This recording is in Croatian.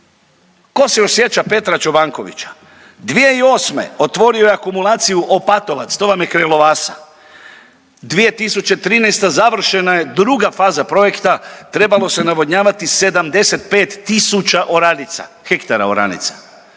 ko se još sjeća Petra Čobankovića, 2008. otvorio je Akumulaciju Opatovac, to vam je kraj Lovasa, 2013. završena je druga faza projekta trebalo se navodnjavati 75.000 oranica,